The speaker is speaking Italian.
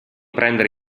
prendere